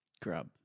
grub